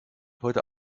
heute